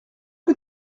que